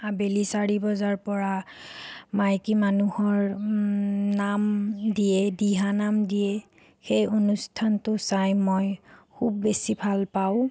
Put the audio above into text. আবেলি চাৰি বজাৰ পৰা মাইকী মানুহৰ নাম দিয়ে দিহা নাম দিয়ে সেই অনুষ্ঠানটো চাই মই খুব বেছি ভাল পাওঁ